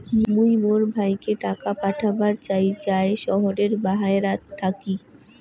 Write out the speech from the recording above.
মুই মোর ভাইকে টাকা পাঠাবার চাই য়ায় শহরের বাহেরাত থাকি